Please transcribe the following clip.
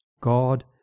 God